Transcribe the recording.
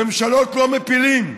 ממשלות לא מפילים,